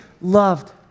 loved